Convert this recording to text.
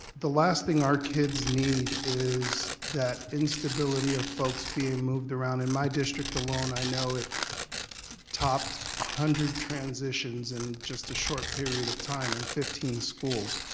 the last thing our kids need is that instability of folks being moved around. in my district alone i know it topped one ah hundred transitions in just a short period of time in fifteen schools.